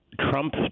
Trump